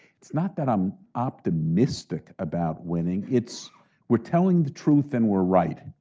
it's not that i'm optimistic about winning, it's we're telling the truth and we're right,